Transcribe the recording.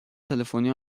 تلفنی